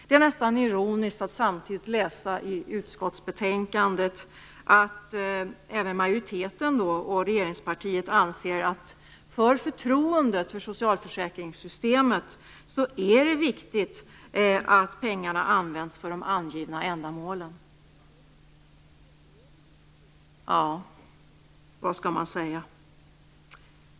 Det är nästan ironiskt att samtidigt läsa i utskottsbetänkandet att även majoriteten och regeringspartiet anser att det för förtroendet för socialförsäkringssystemet är viktigt att pengarna används för de angivna ändamålen. Ja, vad skall man säga.